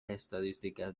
estadísticas